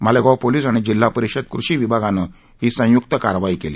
Malegaon police आणि जिल्हा परिषद कृषी विभागाने ही संयुक्त कारवाई केली